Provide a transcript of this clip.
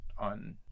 on